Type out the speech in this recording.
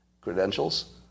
credentials